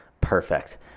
perfect